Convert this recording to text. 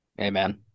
Amen